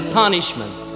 punishment